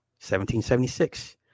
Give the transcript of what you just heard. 1776